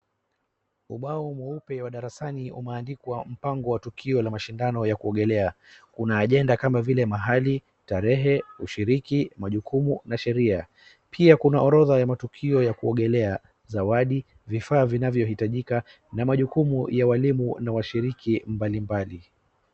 Ubao mweupe wa darasani umeandikwa mpango wa tukio la mshinbdano ya kuogelea. Kuna ajenda kama vile mahali, tarehe, ushiriki, majukumu na sheria. Pia kuna orodha ya matukio ya kuogelea, zawadi, vifaa vinayohitajika na majukumu ya walimu na washiriki mbalimbali.